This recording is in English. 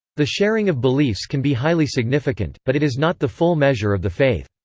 the sharing of beliefs can be highly significant, but it is not the full measure of the faith.